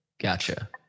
gotcha